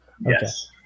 Yes